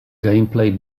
gameplay